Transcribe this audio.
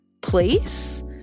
place